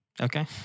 Okay